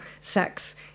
sex